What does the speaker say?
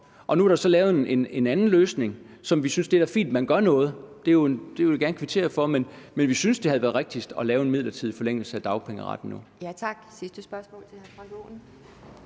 Nu er der så lavet en anden løsning, og vi synes da, det er fint, at man gør noget – det vil vi gerne kvittere for – men vi synes, det havde været rigtigst at lave en midlertidig forlængelse af dagpengeretten nu. Kl. 11:19 Anden